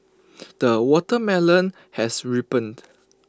the watermelon has ripened